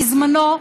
בזמנו: